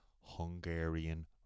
Hungarian